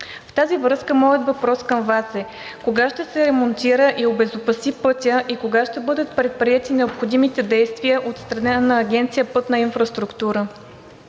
В тази връзка моят въпрос към Вас е: кога ще се монтира и обезопаси пътят и кога ще бъдат предприети необходимите действия от страна на Агенция „Пътна инфраструктура“?